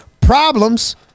problems